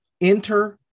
enter